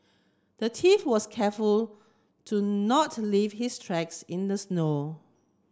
the thief was careful to not leave his tracks in the snow